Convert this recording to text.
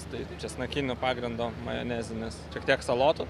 tai česnakinių pagrindo majonezinis šiek tiek salotų